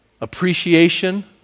appreciation